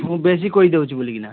ମୁଁ ବେଶୀ କହିଦେଉଛି ବୋଲିକିନା